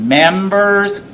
members